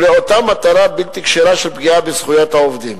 ולאותה מטרה בלתי כשרה של פגיעה בזכויות העובדים,